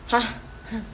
!huh!